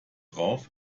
drauf